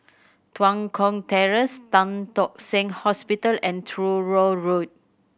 Tua Kong Terrace Tan Tock Seng Hospital and Truro Road